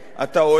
אתה אוהב לשכנע,